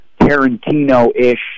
Tarantino-ish